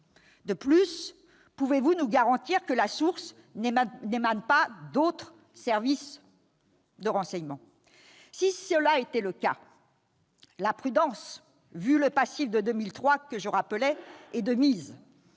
De plus, pouvez-vous nous garantir que la source n'émane pas d'autres services de renseignement ? Si cela était le cas, la prudence, vu le passif de 2003 que je rappelais, est de mise.